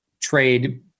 trade